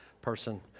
person